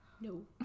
no